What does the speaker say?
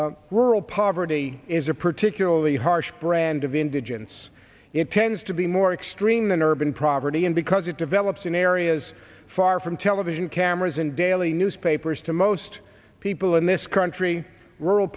eight rural poverty is a particularly harsh brand of indigence it tends to be more extreme than urban property and because it develops in areas far from television cameras and daily newspapers to most people in this country rural